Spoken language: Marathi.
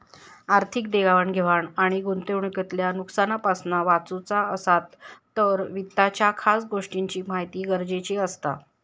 आर्थिक देवाण घेवाण आणि गुंतवणूकीतल्या नुकसानापासना वाचुचा असात तर वित्ताच्या खास गोष्टींची महिती गरजेची असता